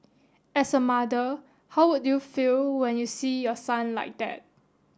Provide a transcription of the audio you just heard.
as a mother how would you feel when you see your son like that